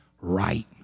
right